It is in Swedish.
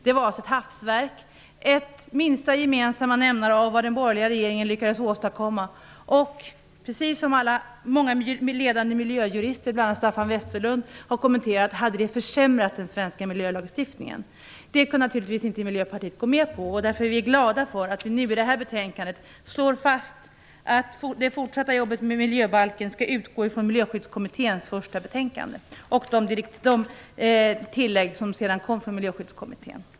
Det var ett hafsverk, en minsta gemensam nämnare av vad den borgerliga regeringen lyckades bli överens om. Precis som många ledande miljöjurister, bl.a. Staffan Westerlund, har sagt i sina kommentarer hade det försämrat den svenska miljölagstiftningen. Det kunde Miljöpartiet naturligtvis inte gå med på. Därför är vi glada över att utskottet i betänkandet slår fast att det fortsatta jobbet med miljöbalken skall utgå från Miljöskyddskommitténs första betänkande och de tillägg som sedan kom från Miljöskyddskommittén.